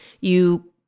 You-